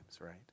right